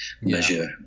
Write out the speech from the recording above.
measure